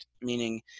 meaning